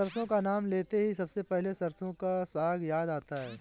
सरसों का नाम लेते ही सबसे पहले सरसों का साग याद आता है